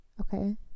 Okay